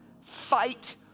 Fight